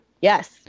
yes